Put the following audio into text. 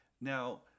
Now